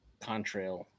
contrail